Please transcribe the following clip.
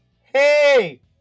Hey